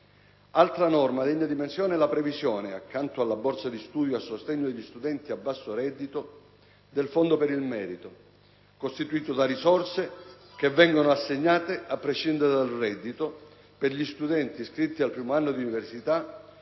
Altra norma degna di menzione è la previsione, accanto alla borsa di studio a sostegno degli studenti a basso reddito, del fondo per il merito, costituito da risorse che vengono assegnate a prescindere dal reddito per gli studenti iscritti al primo anno di università,